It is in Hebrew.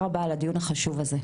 ותודה רבה על הדיון החשוב הזה.